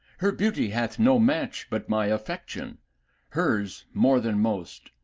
her beauty hath no match but my affection hers more than most,